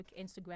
Instagram